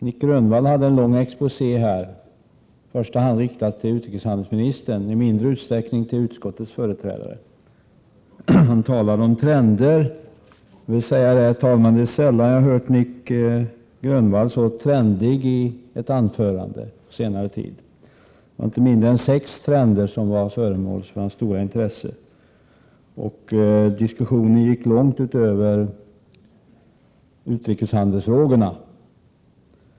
Nic Grönvall höll en lång exposé, i första hand riktad till utrikeshandelsministern, i mindre utsträckning till utskottets företrädare. Han talade om trender. Jag vill säga, herr talman, att det är sällan jag har hört Nic Grönvall så trendig i ett anförande på senare tid. Inte mindre än sex trender var föremål för hans stora intresse, och diskussionen gick långt utöver utrikeshandelsfrågorna.